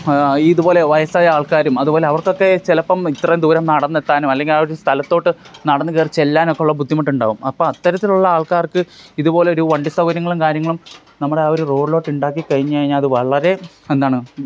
ഇതു പോലെ വയസായ ആൾക്കാരും അതു പോലെ അവർകൊക്കെ ചിലപ്പം ഇത്ര ദൂരം നടന്നെത്താനും അല്ലെങ്കിൽ ആ ഒരു സ്ഥലത്തോട്ട് നടന്ന് കയറി ചെല്ലാനും ഒക്കെയുള്ള ബുദ്ധിമുട്ടുണ്ടാവും അപ്പം അത്തരത്തിലുള്ള ആൾക്കാർക്ക് ഇതുപോലെ ഒരു വണ്ടി സൗകര്യങ്ങളും കാര്യങ്ങളും നമ്മുടെ ആ ഒരു റോഡിലോട്ട് ഉണ്ടാക്കി കഴിഞ്ഞു കഴിഞ്ഞാൽ അത് വളരെ എന്താണ്